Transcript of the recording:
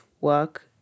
work